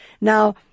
Now